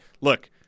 look